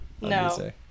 No